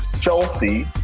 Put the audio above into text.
Chelsea